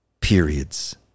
periods